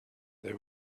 they